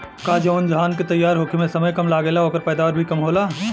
का जवन धान के तैयार होखे में समय कम लागेला ओकर पैदवार भी कम होला?